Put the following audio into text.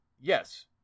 yes